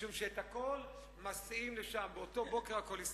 משום שאת הכול מסיעים לשם, באותו בוקר הכול יסתדר.